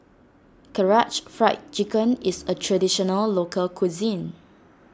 Karaage Fried Chicken is a Traditional Local Cuisine